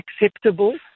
acceptable